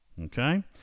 Okay